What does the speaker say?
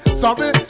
sorry